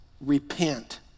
repent